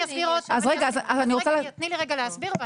תני לי להסביר.